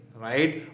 right